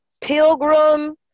pilgrim